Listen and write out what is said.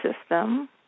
system